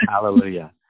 Hallelujah